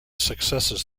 successes